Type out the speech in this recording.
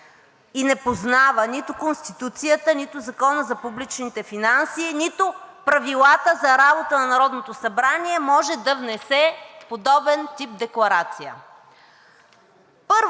и не познава нито Конституцията, нито Закона за публичните финанси, нито правилата за работа на Народното събрание, може да внесе подобен тип декларация.